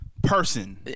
Person